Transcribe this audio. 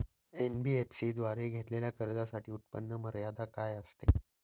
NBFC द्वारे घेतलेल्या कर्जासाठी उत्पन्न मर्यादा काय असते?